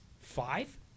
five